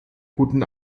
guten